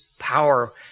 Power